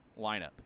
lineup